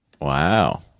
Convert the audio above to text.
Wow